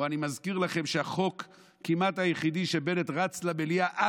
או אני מזכיר לכם שהחוק כמעט היחידי שבנט אץ-רץ